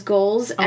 Goals